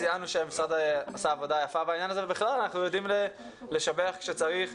ציינו שהמשרד עשה עבודה יפה בעניין הזה ובכלל אנחנו יודעים לשבח כשצריך.